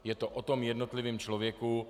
Je to o tom jednotlivém člověku.